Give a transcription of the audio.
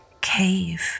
cave